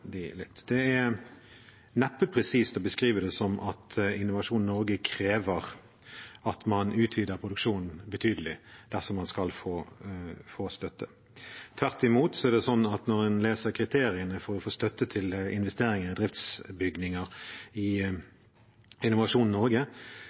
litt. Det er neppe presist å beskrive det som at Innovasjon Norge krever at man utvider produksjonen betydelig dersom man skal få støtte. Tvert imot er det slik at når en leser kriteriene for å få støtte til investeringer i driftsbygninger av Innovasjon Norge, er det eksplisitt sagt at en gir støtte i